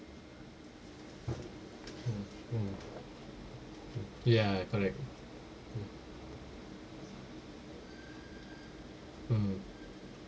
mm mm ya correct mm